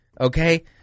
okay